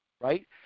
right